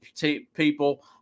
people